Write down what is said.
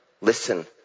listen